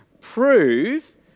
Prove